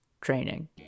training